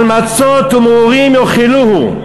על מצות ומרורים יאכילוהו.